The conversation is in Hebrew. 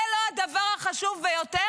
זה לא הדבר החשוב ביותר?